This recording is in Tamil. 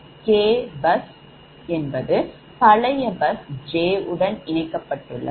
k busபழைய bus j உடன் இணைக்கப்பட்டுள்ளது